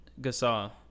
Gasol